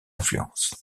influences